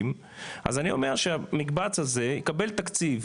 אז אני אומר שהמקבץ הזה יקבל תקציב,